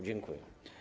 Dziękuję.